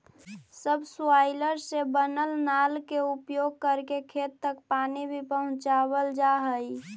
subsoiler से बनल नाल के उपयोग करके खेत तक पानी भी पहुँचावल जा हई